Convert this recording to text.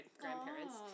grandparents